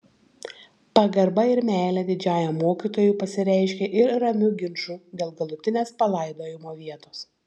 pagarba ir meilė didžiajam mokytojui pasireiškė ir ramiu ginču dėl galutinės palaidojimo vietos